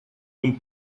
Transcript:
und